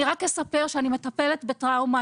אני רק אספר שאני מטפלת בטראומה,